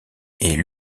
est